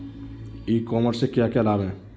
ई commerce से क्या क्या लाभ हैं?